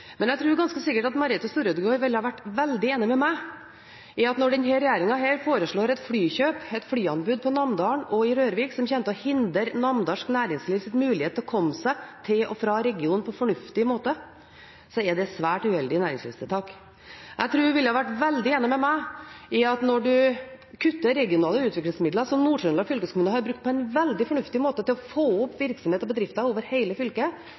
Men jeg tror ganske sikkert at Merethe Storødegård ville vært veldig enig med meg i at når denne regjeringen foreslår flyanbud i Namdalen og på Rørvik som kommer til å hindre namdalsk næringslivs mulighet til å komme seg til og fra regionen på en fornuftig måte, er det et svært uheldig næringslivstiltak. Jeg tror hun ville vært veldig enig med meg i at når en kutter i regionale utviklingsmidler som Nord-Trøndelag fylkeskommune på en veldig fornuftig måte har brukt til å få opp virksomhet og bedrifter over hele fylket,